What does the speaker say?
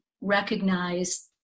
recognize